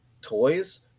toys